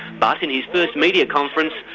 but in his first media conference,